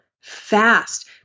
fast